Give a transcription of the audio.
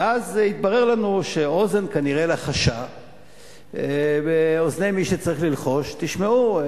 ואז התברר לנו שאוזן כנראה לחשה באוזני מי שצריך ללחוש: תשמעו,